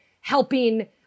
helping